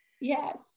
yes